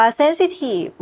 sensitive